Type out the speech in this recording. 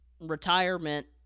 retirement